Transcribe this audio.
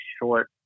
short